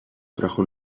trajo